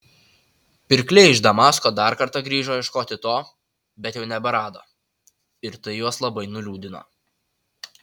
pirkliai iš damasko dar kartą grįžo ieškoti jo bet jau neberado ir tai juos labai nuliūdino